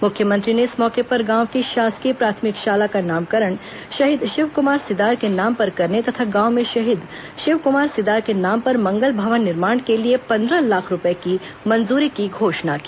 मुख्यमंत्री ने इस मौके पर गांव की शासकीय प्राथमिक शाला का नामकरण शहीद शिवकुमार सिदार के नाम पर करने तथा गांव में शहीद शिवकुमार सिदार के नाम पर मंगल भवन निर्माण के लिए पंद्रह लाख रूपए की मंजूरी की घोषणा की